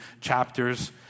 chapters